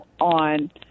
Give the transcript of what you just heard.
on